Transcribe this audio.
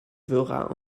verra